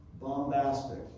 bombastic